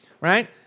right